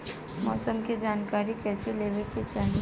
मौसम के जानकारी कईसे लेवे के चाही?